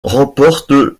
remportent